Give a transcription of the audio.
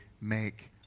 make